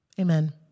Amen